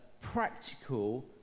practical